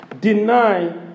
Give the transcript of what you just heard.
deny